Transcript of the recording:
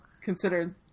considered